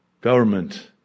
government